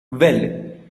well